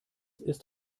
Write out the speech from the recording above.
ist